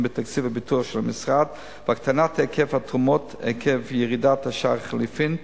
בתקציב הפיתוח של המשרד והקטנת היקף התרומות עקב ירידת שער החליפין.